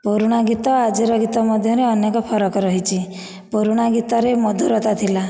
ପୁରୁଣା ଗୀତ ଆଜିର ଗୀତ ମଧ୍ୟରେ ଅନେକ ଫରକ ରହିଛି ପୁରୁଣା ଗୀତରେ ମଧୁରତା ଥିଲା